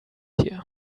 here